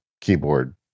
keyboard